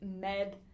med